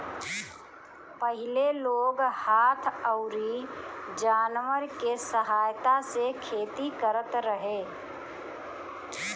पहिले लोग हाथ अउरी जानवर के सहायता से खेती करत रहे